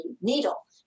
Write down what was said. needle